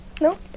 No